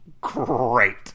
great